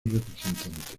representante